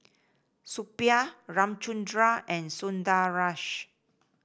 Suppiah Ramchundra and Sundaresh